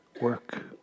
work